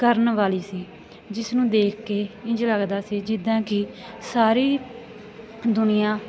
ਕਰਨ ਵਾਲੀ ਸੀ ਜਿਸ ਨੂੰ ਦੇਖ ਕੇ ਇੰਝ ਲੱਗਦਾ ਸੀ ਜਿੱਦਾਂ ਕਿ ਸਾਰੀ ਦੁਨੀਆਂ